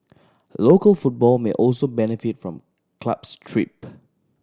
local football may also benefit from club's trip